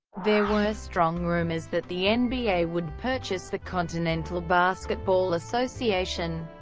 there were strong rumors that the and nba would purchase the continental basketball association,